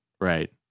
Right